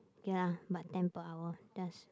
k lah but ten per hour just